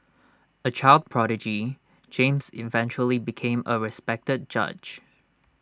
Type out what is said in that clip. A child prodigy James eventually became A respected judge